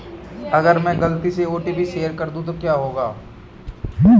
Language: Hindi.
अगर मैं गलती से ओ.टी.पी शेयर कर दूं तो क्या होगा?